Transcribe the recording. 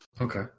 Okay